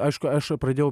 aišku aš pradėjau